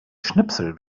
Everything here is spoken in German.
schnipsel